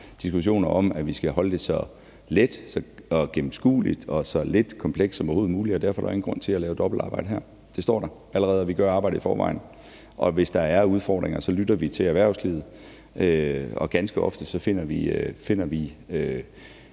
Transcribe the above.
diskussioner om, at vi skal holde det så let og gennemskueligt og så lidt komplekst som overhovedet muligt, og derfor er der ingen grund til at lave dobbeltarbejde her. Det står der allerede, og vi gør arbejdet i forvejen, og hvis der er udfordringer, lytter vi til erhvervslivet, og ganske ofte finder vi